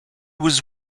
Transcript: was